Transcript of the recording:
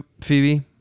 Phoebe